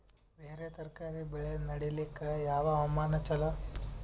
ಬೇರ ತರಕಾರಿ ಬೆಳೆ ನಡಿಲಿಕ ಯಾವ ಹವಾಮಾನ ಚಲೋ?